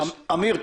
אמיר,